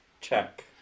Check